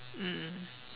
mm